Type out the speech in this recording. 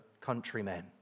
countrymen